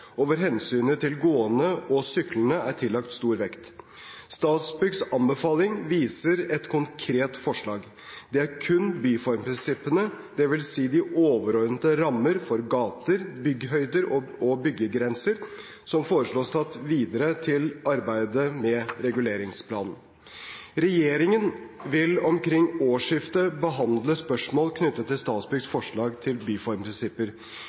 hensynet til gående og syklende er tillagt stor vekt. Statsbyggs anbefaling viser et konkret forslag. Det er kun byformprinsippene, dvs. de overordnede rammene for gater, byggehøyder og byggegrenser som foreslås tatt videre til arbeidet med reguleringsplanen. Regjeringen vil omkring årsskiftet behandle spørsmål knyttet til Statsbyggs forslag til byformprinsipper.